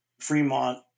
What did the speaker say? Fremont